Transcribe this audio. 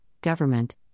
government